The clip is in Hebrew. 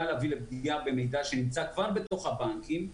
להביא לפגיעה במידע שכבר נמצא בבנקים,